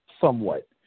somewhat